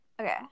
Okay